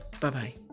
Bye-bye